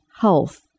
health